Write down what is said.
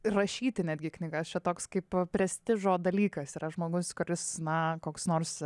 ir rašyti netgi knygas čia toks kaip prestižo dalykas yra žmogus kuris na koks nors